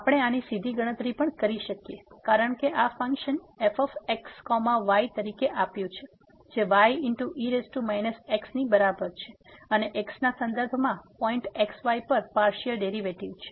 આપણે આની સીધી ગણતરી પણ કરી શકીએ કારણ કે આ ફંક્શન f x y તરીકે આપ્યું છે જે y e x ની બરાબર છે અને x ના સંદર્ભમાં પોઈન્ટx y પર પાર્સીઅલ ડેરીવેટીવ છે